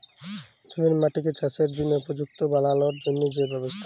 জমির মাটিকে চাসের জনহে উপযুক্ত বানালর জন্হে যে ব্যবস্থা